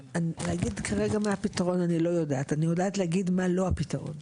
להגיד כרגע מה הפתרון אני לא יודעת .אני יודעת להגיד מה לא הפתרון.